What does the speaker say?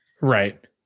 Right